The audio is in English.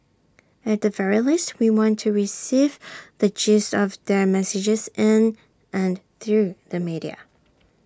at the very least we want to receive the gist of their messages and and through the media